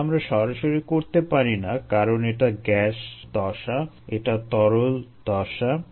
এটা আমরা সরাসরি করতে পারি না কারণ এটা গ্যাস দশা এটা তরল দশা